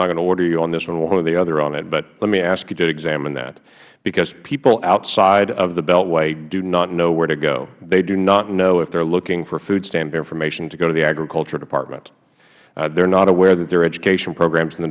not going to order you one way or the other on this but let me ask you to examine that because people outside of the beltway do not know where to go they do not know if they are looking for food stamp information to go to the agriculture department they are not aware that there are education programs in the